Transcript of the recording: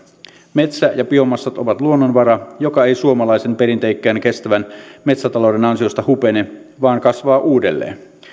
metsä ja biomassat ovat luonnonvara joka ei suomalaisen perinteikkään kestävän metsätalouden ansiosta hupene vaan kasvaa uudelleen